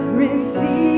receive